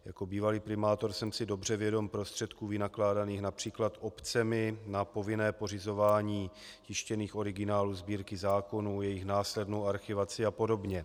Jako bývalý primátor jsem si dobře vědom prostředků vynakládaných například obcemi na povinné pořizování tištěných originálů Sbírky zákonů, jejich následnou archivaci a podobně.